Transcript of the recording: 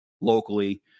locally